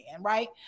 Right